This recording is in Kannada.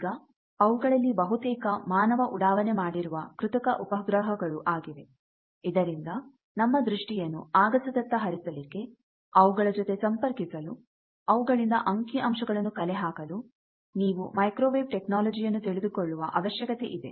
ಈಗ ಅವುಗಳಲ್ಲಿ ಬಹುತೇಕ ಮಾನವ ಉಡಾವಣೆ ಮಾಡಿರುವ ಕೃತಕ ಉಪಗ್ರಹಗಳು ಆಗಿವೆ ಇದರಿಂದ ನಮ್ಮ ದೃಷ್ಟಿಯನ್ನು ಆಗಸದತ್ತ ಹರಿಸಲಿಕ್ಕೆ ಅವುಗಳ ಜೊತೆ ಸಂಪರ್ಕಿಸಲು ಅವುಗಳಿಂದ ಅಂಕಿ ಅಂಶಗಳನ್ನು ಕಲೆಹಾಕಲು ನೀವು ಮೈಕ್ರೋವೇವ್ ಟೆಕ್ನಾಲಜಿ ಅನ್ನು ತಿಳಿದುಕೊಳ್ಳುವ ಅವಶ್ಯಕತೆ ಇದೆ